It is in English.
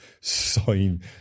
sign